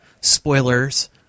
Spoilers